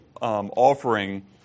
offering